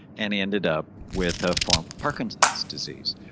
and he ended up with a form of parkinson's disease.